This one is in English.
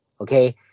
okay